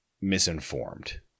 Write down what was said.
misinformed